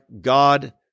God